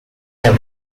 them